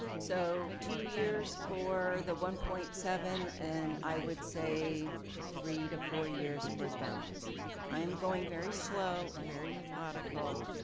so two years for the one point seven and i would say three to four years for the balance. okay. i am going very slow, slow, very methodical,